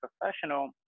professional